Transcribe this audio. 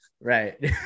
Right